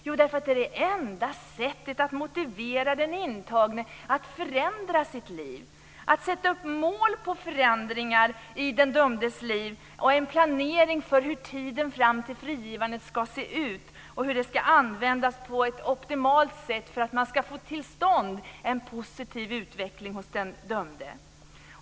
Jo, därför att de är det enda sättet att motivera den intagne att förändra sitt liv, att man sätter upp mål på förändringar i den dömdes liv och en planering för hur tiden fram till frigivandet ska se ut och hur den ska användas på ett optimalt sätt för att man ska få till stånd en positiv utveckling för den dömde.